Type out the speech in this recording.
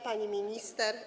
Pani Minister!